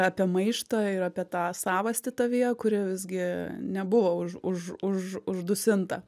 apie maištą ir apie tą savastį tavyje kuri visgi nebuvo už už už uždusinta